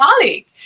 colleague